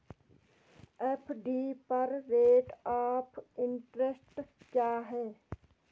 FD पर rate of interest क्या है?